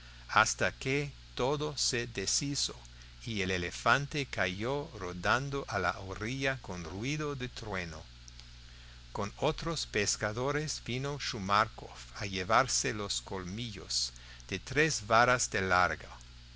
hasta que todo se deshizo y el elefante cayó rodando a la orilla con ruido de trueno con otros pescadores vino shumarkoff a llevarse los colmillos de tres varas de largo y